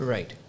Right